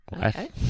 Okay